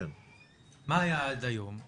מה היה עד היום?